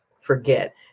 forget